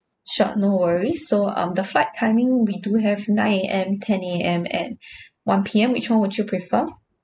sure no worries so um the flight timing we do have nine A_M ten A_M and one P_M which one would you prefer